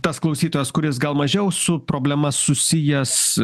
tas klausytojas kuris gal mažiau su problema susijęs